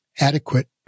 adequate